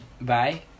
bye